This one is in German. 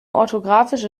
orthografische